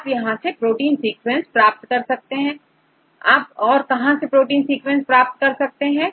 आप protein sequences कहां से प्राप्त कर सकते हैं